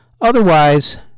Otherwise